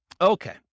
Okay